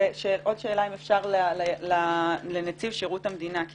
עוד שאלה, אם אפשר לנציב שירות המדינה, כי